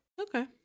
Okay